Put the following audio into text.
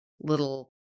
little